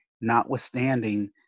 notwithstanding